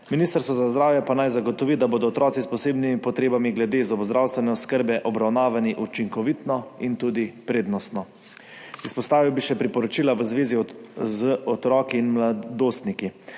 Ministrstvo za zdravje pa naj zagotovi, da bodo otroci s posebnimi potrebami glede zobozdravstvene oskrbe obravnavani učinkovito in tudi prednostno. Izpostavil bi še priporočila v zvezi z otroki in mladostniki.